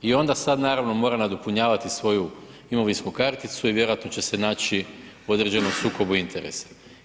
I onda sad naravno mora nadopunjavati svoju imovinsku karticu i vjerojatno će se naći u određenom sukobu interesa.